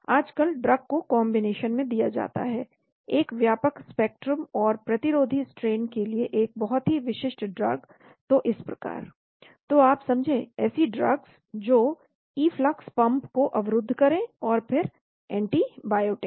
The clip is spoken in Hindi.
आजकल ड्रग्स को कॉन्बिनेशन में दिया जाता है एक व्यापक स्पेक्ट्रम और प्रतिरोधी स्ट्रेन के लिए एक बहुत ही विशिष्ट ड्रग तो इस प्रकार जैसे आप समझे ऐसी ड्रग्स जो इफ्लक्स पंप को अवरुद्ध करें और फिर एंटीबायोटिक